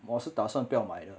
我是打算不要买的